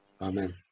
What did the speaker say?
amen